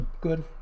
good